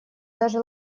даже